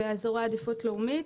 באזורי עדיפות לאומית.